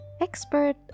Expert